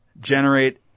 generate